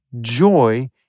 joy